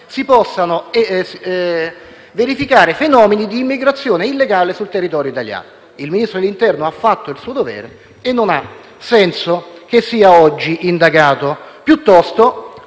si possano verificare fenomeni di immigrazione illegale sul territorio italiano. Il Ministro dell'interno ha fatto il suo dovere e non ha senso che sia oggi indagato. Piuttosto,